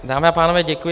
Dámy a pánové, děkuji.